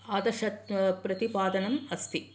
आदर्शप्रतिपादनम् अस्ति